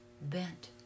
bent